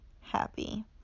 happy